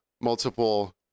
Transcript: multiple